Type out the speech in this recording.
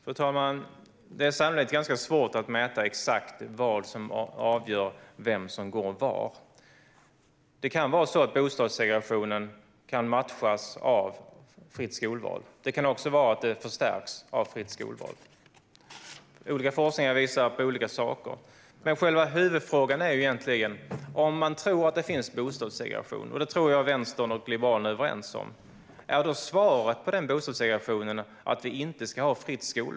Fru talman! Det är sannolikt ganska svårt att mäta exakt vad som avgör vem som går var. Det kan vara så att bostadssegregationen kan matchas av fritt skolval, men det kan också vara så att den förstärks av fritt skolval. Olika forskning visar på olika saker. Men själva huvudfrågan är egentligen denna: Om man tror att det finns bostadssegregation, vilket jag tror att Vänstern och Liberalerna är överens om, är då svaret på denna bostadssegregation att vi inte ska ha fritt skolval?